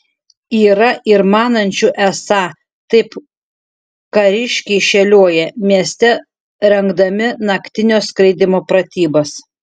yra ir manančių esą taip kariškiai šėlioja mieste rengdami naktinio skraidymo pratybas